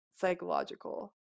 psychological